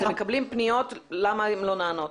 אתם מקבלים פניות, למה הן לא נענות